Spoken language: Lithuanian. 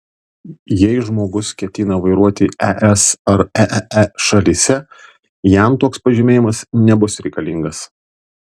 jei žmogus ketina vairuoti es ar eee šalyse jam toks pažymėjimas nebus reikalingas